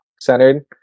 centered